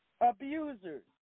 abusers